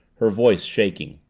her voice shaking.